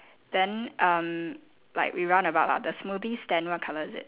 then um like we run about lah the smoothie stand what colour is it